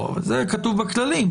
זה כתוב בכללים.